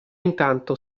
intanto